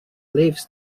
leaves